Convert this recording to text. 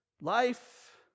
life